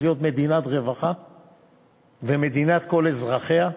להיות מדינת רווחה ומדינת כל אזרחיה.